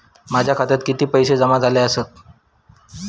माझ्या खात्यात किती पैसे जमा झाले आसत?